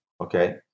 okay